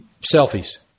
selfies